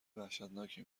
وحشتناکی